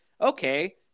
okay